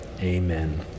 Amen